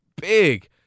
big